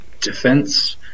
defense